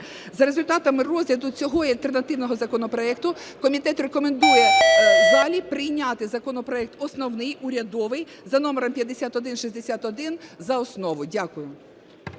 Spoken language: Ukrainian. За результатами розгляду цього і альтернативного законопроектів комітет рекомендує взагалі прийняти законопроект основний урядовий за номером 5161 за основу. Дякую.